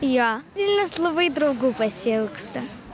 jo nes labai draugų pasiilgstu